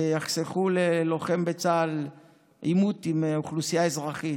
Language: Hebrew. ויחסכו ללוחם בצה"ל עימות עם אוכלוסייה אזרחית,